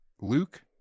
Luke